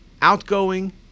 outgoing